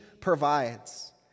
provides